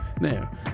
now